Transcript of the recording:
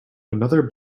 another